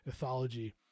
ethology